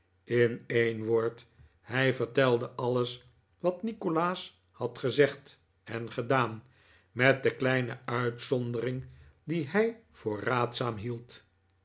in een woord hij vertelde alles wat nikolaas had gezegd en gedaan met de kleine uitzondering die hij voor raadzaam hield